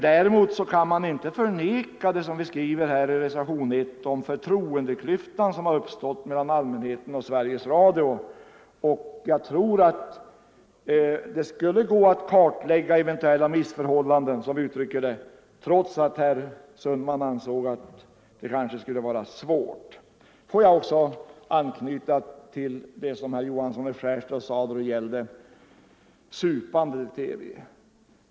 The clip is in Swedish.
Däremot kan man inte förneka, som vi skriver i reservationen 1, den förtroendeklyfta som har uppstått mellan allmänheten och Sveriges Radio. Jag tror att det skulle gå att kartlägga eventuella missförhållanden, trots att herr Sundman ansåg att det kanske skulle vara svårt. Låt mig också anknyta till vad herr Johansson i Skärstad sade då det gällde supandet i TV.